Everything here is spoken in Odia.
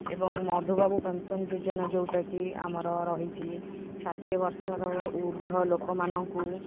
ଏବଂ ମଧୁବାବୁ ପେନ୍ସନ୍ ଯୋଜନା ଯେଉଁଟାକି ଆମର ରହିଛି ଷାଠିଏ ବର୍ଷରୁ ଉର୍ଦ୍ଧ୍ୱ ଲୋକମାନଙ୍କୁ